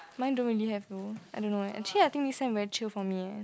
mine don't really have though I don't know eh actually this time very chill for me eh